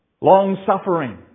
long-suffering